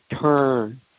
turn